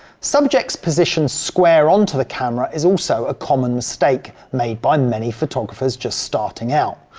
subjects positioned square onto the camera is also a common mistake made by many photographers just starting out.